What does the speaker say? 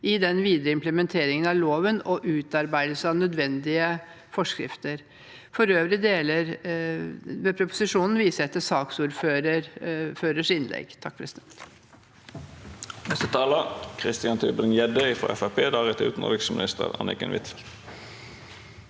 i den videre implementeringen av loven og utarbeidelse av nødvendige forskrifter. Når det gjelder øvrige deler av proposisjonen, viser jeg til saksordførerens innlegg.